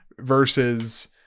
versus